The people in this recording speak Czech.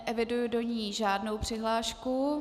Neeviduji do ní žádnou přihlášku.